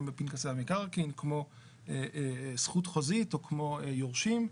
בפנקסי המקרקעין כמו זכות חוזית או כמו יורשים.